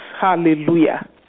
Hallelujah